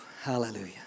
Hallelujah